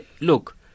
Look